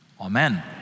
Amen